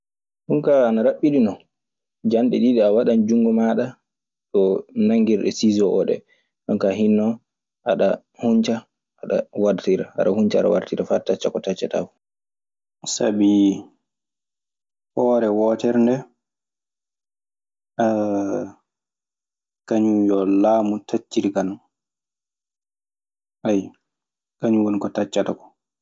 Ɗum kaa ana raɓɓiɗi no, janɗe ɗiɗi, a waɗan junngo maaɗa ngoo e nanngirnde siijo. Jonnkaa hinno ada hunnca aɗa wartira. Aɗa hunnca aɗa wartira faa taccaa ko taccataakoo. Sabi hoore wootere ndee, kañun yo laamu taccirika non. Kañun woni ko taccata koo.